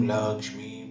Lakshmi